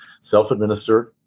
self-administered